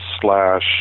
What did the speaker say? slash